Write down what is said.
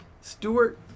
Stewart